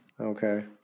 Okay